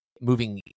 moving